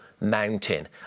mountain